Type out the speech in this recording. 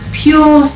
pure